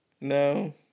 No